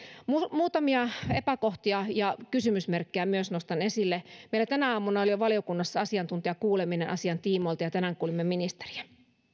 muutamia epäkohtia ja kysymysmerkkejä nostan myös esille meillä tänä aamuna oli jo valiokunnassa asiantuntijakuuleminen asian tiimoilta ja tänään kuulimme ministeriä